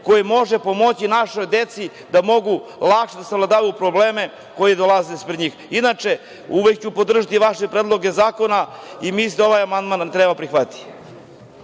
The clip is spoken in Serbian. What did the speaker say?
koje može pomoći našoj deci da mogu lakše da savladavaju probleme, koji dolaze ispred njih. Inače, uvek ću podržati vaše predloge zakona, i mislim da ovaj amandman treba da se prihvati.